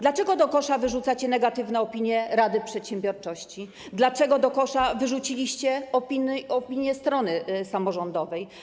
Dlaczego do kosza wyrzucacie negatywne opinie Rady Przedsiębiorczości, dlaczego do kosza wyrzuciliście opinię strony samorządowej?